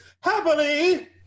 Happily